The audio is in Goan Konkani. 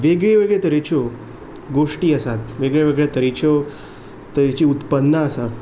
वेगळे वेगळे तरेच्यो गोश्टी आसात वेगळे वेगळे तरेच्यो तरेची उत्पन्नां आसात